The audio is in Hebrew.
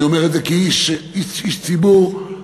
אני אומר את זה כאיש ציבור חרדי,